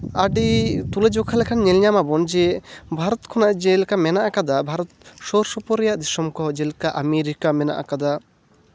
ᱟᱹᱰᱤ ᱛᱩᱞᱟᱹᱡᱚᱠᱷᱟ ᱞᱮᱠᱷᱟᱱ ᱧᱮᱧᱟᱢ ᱟᱵᱚᱱ ᱡᱮ ᱵᱷᱟᱨᱚᱛ ᱠᱷᱚᱱᱟᱜ ᱡᱮᱞᱮᱠᱟ ᱢᱮᱱᱟᱜ ᱠᱟᱫᱟ ᱵᱷᱟᱨᱚᱛ ᱥᱩᱨ ᱥᱩᱯᱩᱨ ᱨᱮᱭᱟᱜ ᱫᱤᱥᱚᱢ ᱠᱚ ᱡᱮᱞᱮᱠᱟ ᱟᱢᱮᱨᱤᱠᱟ ᱢᱮᱱᱟᱜ ᱠᱟᱫᱟ